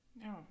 No